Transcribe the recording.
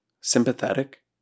sympathetic